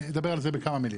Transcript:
אני אדבר על זה בכמה מילים.